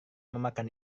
memakan